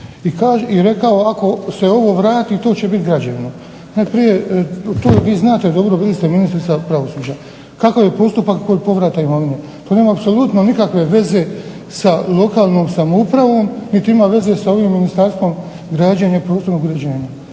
i rekao ako se ovo vrati to će biti građevno. Najprije vi to znate bili ste ministrica pravosuđa kakav je postupak kod povratka imovine. To nema apsolutno nikakve veze sa lokalnom samoupravom niti ima veze sa ovim Ministarstvom građenja i prostornog uređenja,